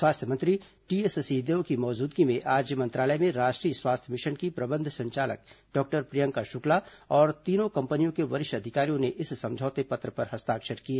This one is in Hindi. स्वास्थ्य मंत्री टीएस सिंहदेव की मौजूदगी में आज मंत्रालय में राष्ट्रीय स्वास्थ्य मिशन की प्रबंध संचालक डॉक्टर प्रियंका शुक्ला और तीनों कंपनियों के वरिष्ठ अधिकारियों ने इस समझौते पत्र पर हस्ताक्षर किए